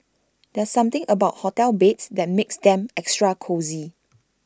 there's something about hotel beds that makes them extra cosy